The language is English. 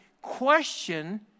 question